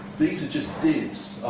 these are just divs.